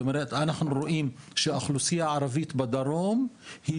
זאת אומרת שאנחנו רואים שהאוכלוסייה הערבית בדרום היא